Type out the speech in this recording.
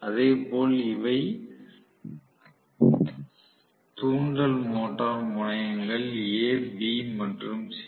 இதேபோல் இவை தூண்டல் மோட்டார் முனையங்கள் a b மற்றும் c